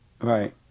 Right